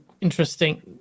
interesting